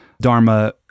Dharma